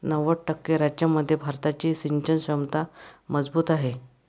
नव्वद टक्के राज्यांमध्ये भारताची सिंचन क्षमता मजबूत आहे